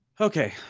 Okay